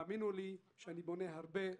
האמינו לי שאני בונה הרבה,